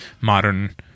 modern